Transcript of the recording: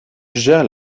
gère